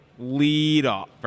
leadoff